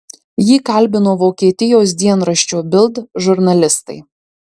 jį kalbino vokietijos dienraščio bild žurnalistai